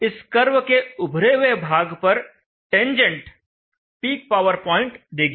इस कर्व के उभरे हुए भाग पर टेंजेंट पीक पावर पॉइंट देगी